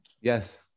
Yes